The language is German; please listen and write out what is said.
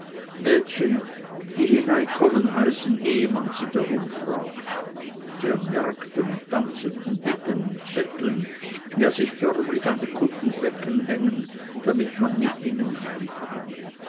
mädchen die hineinkommen heißen ehe man sie darum fragt die an märkten und tanzeten bitten und betteln ja sich förmlich an die kuttenfecken hängen damit man mit ihnen